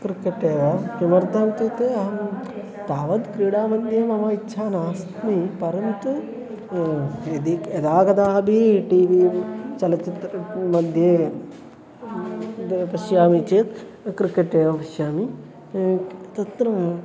cricket एव किमर्थम् इत्युक्ते अहं तावत् क्रीडामध्ये मम इच्छा नास्मि परन्तु यदि यदा कदा अपि टी वी चलच्चित्रमध्ये तद् पश्यामि चेत् क्रिकेट् एव पश्यामि तत्र